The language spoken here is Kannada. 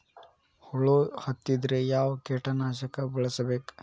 ಹುಳು ಹತ್ತಿದ್ರೆ ಯಾವ ಕೇಟನಾಶಕ ಬಳಸಬೇಕ?